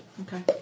Okay